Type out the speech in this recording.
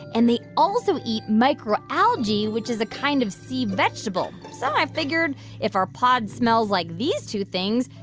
and they also eat microalgae, which is a kind of sea vegetable. so i figured if our pod smells like these two things,